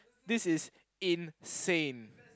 this is insane